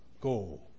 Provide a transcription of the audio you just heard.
Go